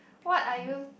what are you